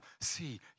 see